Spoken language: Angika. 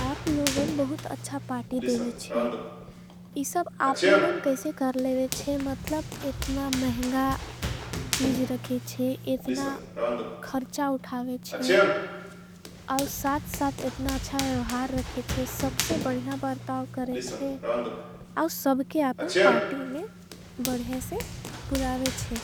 आप लोगों बहुत अच्छा पाटी देवेच्छे इसब आप लोगों कैसे। कर लेवेच्छे मतलब इतना महँगा चीज रखेच्छे इतना खर्चा। उठावेच्छे आओ साथ साथ इतना अच्छा वेवहार रखेच्छे। सबसे बढ़िया बरताओ करेच्छे आओ सबके आपन पाटी। में बढ़िया से बुलावेच्छे